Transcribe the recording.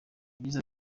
yagize